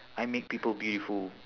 I make people beautiful